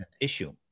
issue